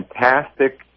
fantastic